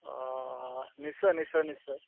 অঁ নিশ্চয় নিশ্চয় নিশ্চয়